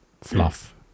fluff